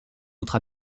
autres